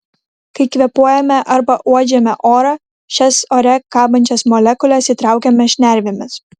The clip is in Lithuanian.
kai kvėpuojame arba uodžiame orą šias ore kabančias molekules įtraukiame šnervėmis